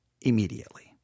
immediately